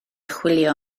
chwilio